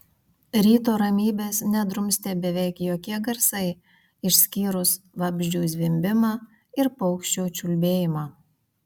ryto ramybės nedrumstė beveik jokie garsai išskyrus vabzdžių zvimbimą ir paukščių čiulbėjimą